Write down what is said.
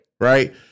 right